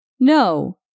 No